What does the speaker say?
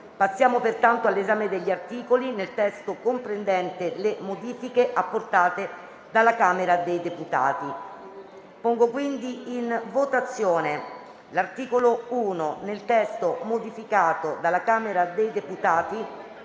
Procediamo all'esame degli articoli, nel testo comprendente le modificazioni apportate dalla Camera dei deputati. Passiamo alla votazione dell'articolo 1, nel testo modificato dalla Camera dei deputati,